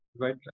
Right